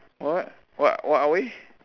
what what what are we